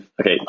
Okay